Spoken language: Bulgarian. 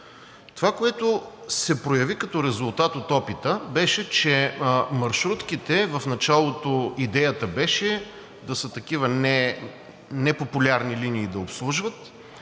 Това, което се прояви като резултат от опита, беше, че маршрутките – в началото идеята беше да са такива – непопулярни линии да обслужват,